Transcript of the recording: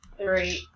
three